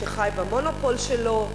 שחי ב"מונופול" שלו,